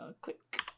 Click